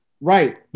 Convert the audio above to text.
Right